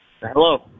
Hello